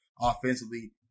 offensively